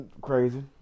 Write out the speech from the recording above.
crazy